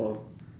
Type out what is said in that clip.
!wow!